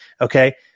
okay